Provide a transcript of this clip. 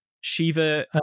Shiva